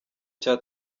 cya